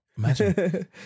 imagine